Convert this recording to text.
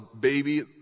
baby